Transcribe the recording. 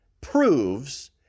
proves